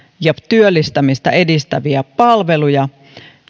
ja työllistämistä edistäviä palveluja